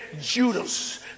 Judas